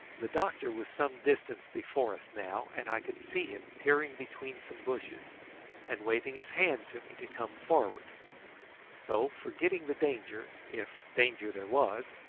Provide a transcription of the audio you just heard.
the doctor was some distance before us now, and i could see him peering between some bushes and waving his hand to me to come forward so, forgetting the danger, if danger there was,